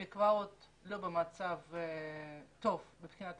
המקוואות לא במצב טוב מבחינה תברואתית.